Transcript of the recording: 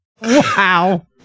Wow